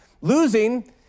losing